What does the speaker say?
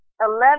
Eleven